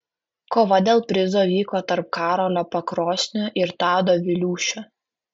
kova dėl prizo vyko tarp karolio pakrosnio ir tado viliūšio